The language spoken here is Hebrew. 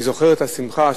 אני זוכר את השמחה,